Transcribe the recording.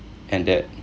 and that